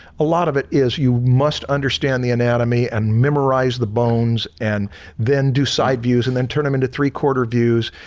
a lot of it is you must understand the anatomy and memorize the bones and then do side views and then turn them into three-quarter views.